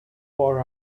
for